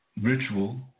ritual